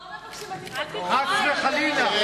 אנחנו לא מבקשים את התפטרותך, אדוני, חס וחלילה.